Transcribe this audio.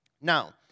Now